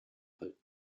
halten